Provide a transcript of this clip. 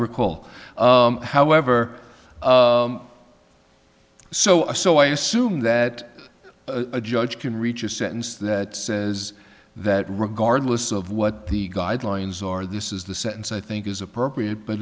recall however so i so i assume that a judge can reach a sentence that says that regardless of what the guidelines are this is the sentence i think is appropriate but